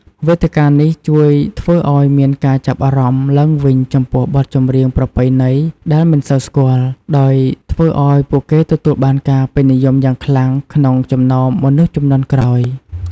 វេទិកានេះជួយធ្វើឱ្យមានការចាប់អារម្មណ៍ឡើងវិញចំពោះបទចម្រៀងប្រពៃណីដែលមិនសូវស្គាល់ ដោយធ្វើឱ្យពួកគេទទួលបានការពេញនិយមយ៉ាងខ្លាំងក្នុងចំណោមមនុស្សជំនាន់ក្រោយ។